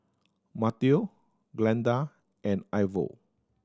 Mateo Glinda and Ivor